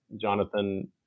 Jonathan